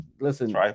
listen